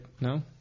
no